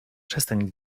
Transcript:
przestań